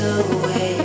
away